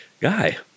guy